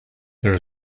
there